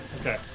Okay